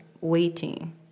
waiting